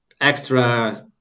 extra